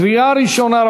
קריאה ראשונה.